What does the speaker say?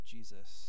Jesus